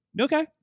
okay